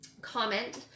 comment